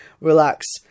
relax